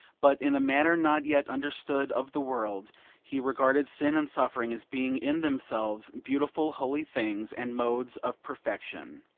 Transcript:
but in a manner not yet understood of the world he regarded sin and suffering as being in themselves beautiful holy things and modes of perfection.